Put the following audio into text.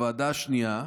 הוועדה השנייה,